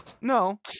No